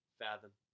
fathom